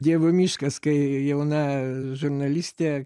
dievų miškas kai jauna žurnalistė